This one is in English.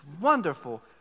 wonderful